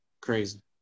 Crazy